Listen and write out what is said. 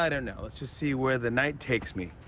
and know. let's just see where the night takes me.